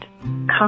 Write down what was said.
come